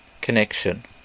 connection